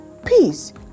peace